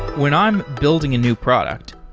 when i'm building a new product,